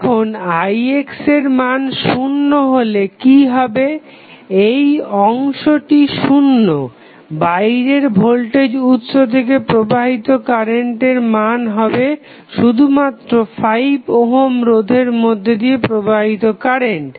এখন ix এর মান শুন্য হলে কি হবে এই অংশটি শুন্য বাইরের ভোল্টেজ উৎস থেকে প্রবাহিত কারেন্টের মান হবে শুধুমাত্র 5 ওহম রোধের মধ্যে দিয়ে প্রবাহিত কারেন্ট